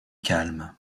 calme